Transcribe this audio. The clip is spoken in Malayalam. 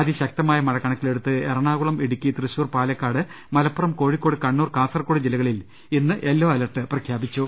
അതിശക്തമായ മഴ കണക്കിലെടുത്ത് എറണാകുളം ഇടുക്കി തൃശൂർ പാലക്കാട് മലപ്പുറം കോഴിക്കോട് കണ്ണൂർ കാസർകോഡ് ജില്ലകളിൽ ഇന്ന് യെല്ലോ അലർട്ട് പ്രഖ്യാപിച്ചു